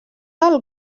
del